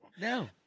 No